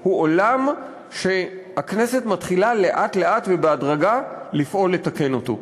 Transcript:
הוא עולם שהכנסת מתחילה לאט-לאט ובהדרגה לפעול לתקן אותו,